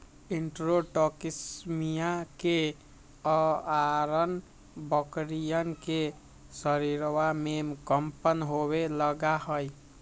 enterotoxaemia के अआरण बकरियन के शरीरवा में कम्पन होवे लगा हई